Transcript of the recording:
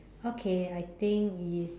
okay I think it's